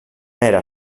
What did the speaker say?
era